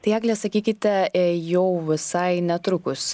tai egle sakykite e jau visai netrukus